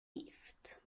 gift